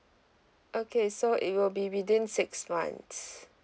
okay so it will be within six months